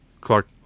Clark